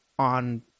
on